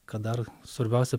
kad dar svarbiausia